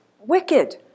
wicked